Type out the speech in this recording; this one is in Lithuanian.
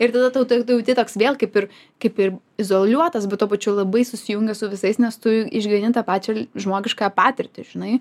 ir tada tau tą tą jauti toks vėl kaip ir kaip ir izoliuotas bet tuo pačiu labai susijungęs su visais nes tu išgyveni tą pačią žmogiškąją patirtį žinai